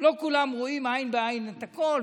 לא כולם רואים עין בעין את הכול.